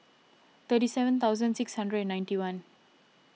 thirty seven thousand six hundred and ninety one